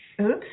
Oops